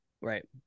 right